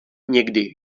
někdy